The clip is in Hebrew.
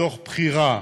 מתוך בחירה,